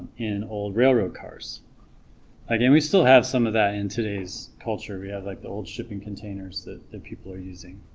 in old railroad cars again we still have some of that in today's culture we have like the old shipping containers that that people are using,